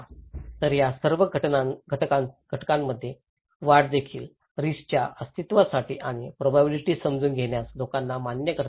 तर या सर्व घटकांमध्ये वाढ देखील रिस्क च्या अस्तित्वासाठी आणि प्रोबॅबिलिटी समजून घेण्यास लोकांना मान्य करते